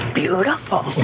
beautiful